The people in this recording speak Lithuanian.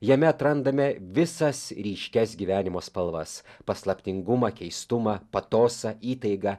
jame atrandame visas ryškias gyvenimo spalvas paslaptingumą keistumą patosą įtaigą